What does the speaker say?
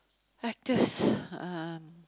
actors um